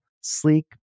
sleek